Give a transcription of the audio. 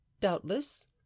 doubtless